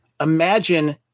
Imagine